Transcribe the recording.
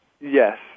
Yes